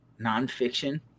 nonfiction